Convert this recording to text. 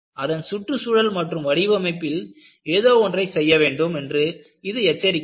அதன் சுற்றுச்சூழல் மற்றும் வடிவமைப்பில் ஏதோ ஒன்றை செய்ய வேண்டும் என்று இது எச்சரிக்கிறது